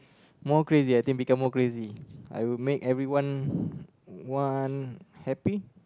more crazy I think become more crazy I will make everyone one happy